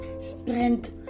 strength